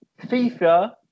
FIFA